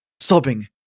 Sobbing